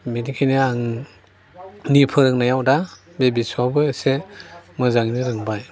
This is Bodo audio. बेनिखायनो आं आंनि फोरोंनायाव दा बे बिसौआबो एसे मोजांयैनो रोंबाय